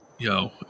Yo